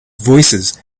voicesand